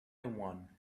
one